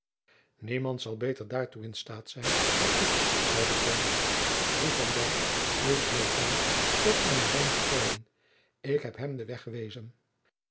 niemand zal beter daartoe in staat zijn dan ik zeide teun die van dyk is met mij tot aan den rijn gekomen ik heb hem den weg gewezen